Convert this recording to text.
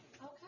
Okay